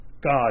God